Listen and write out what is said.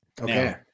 Okay